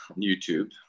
YouTube